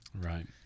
Right